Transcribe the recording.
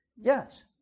Yes